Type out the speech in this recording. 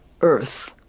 earth